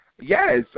Yes